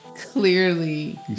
Clearly